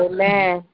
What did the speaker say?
Amen